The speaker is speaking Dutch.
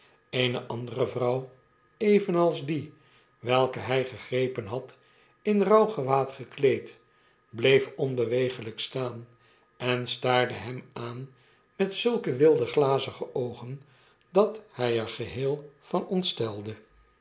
eene andere vrouw evenals die welke hfl gegrepen had in rouwgewaad gekleed bleef onewegeljjk staan en staarde hem aan met zulke wilde glazige oogen dat hjj er geheel van ontstelde